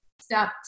step